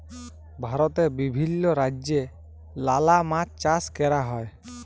ভারতে বিভিল্য রাজ্যে লালা মাছ চাষ ক্যরা হ্যয়